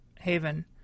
haven